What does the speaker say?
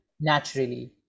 naturally